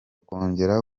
kongera